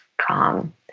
Calm